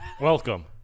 welcome